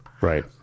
Right